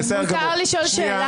שדיברנו.